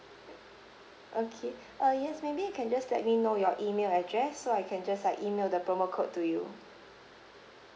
okay uh yes maybe you can just let me know your email address so I can just like email the promo code to you